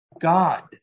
god